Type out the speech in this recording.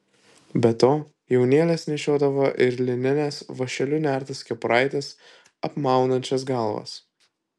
be to jaunėlės nešiodavo ir linines vąšeliu nertas kepuraites apmaunančias galvas